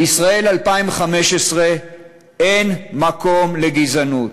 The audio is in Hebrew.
בישראל 2015 אין מקום לגזענות,